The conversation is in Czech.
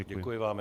Děkuji vám.